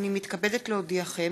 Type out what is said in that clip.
הנני מתכבדת להודיעכם,